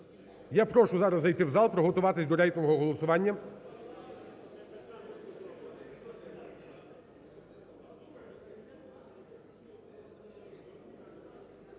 Я прошу зараз зайти у зал, приготуватись до рейтингового голосування.